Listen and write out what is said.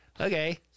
okay